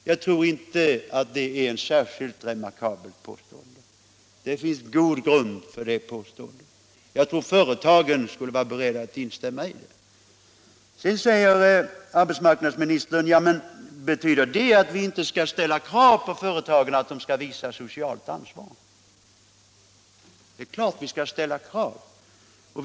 Jag tror inte att det är ett särskilt remarkabelt påstående. Det finns god grund för det påståendet. Företagen är säkert beredda att instämma i det. Arbetsmarknadsministern frågar: Betyder detta att vi inte skall ställa krav på att företagen skall visa socialt ansvar? Det är klart att vi skall ställa krav.